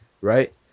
right